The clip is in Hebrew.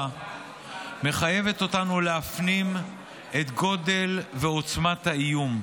מחייבת אותנו להפנים את גודל ועוצמת האיום,